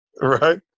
Right